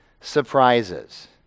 surprises